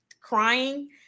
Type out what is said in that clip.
crying